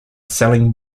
selling